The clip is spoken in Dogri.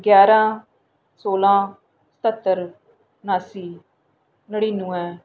ग्याह्रां सोलां सत्तर नास्सी नढ्ढिन्नूएं